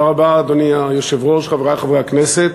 אדוני היושב-ראש, תודה רבה, חברי חברי הכנסת,